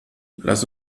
lass